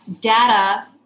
data